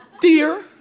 Dear